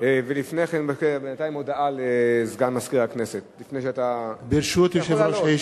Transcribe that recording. כלים תחרותיים וחלקי חילוף להם,